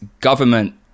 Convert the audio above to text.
government-